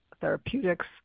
Therapeutics